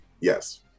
yes